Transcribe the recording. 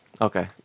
Okay